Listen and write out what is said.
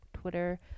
Twitter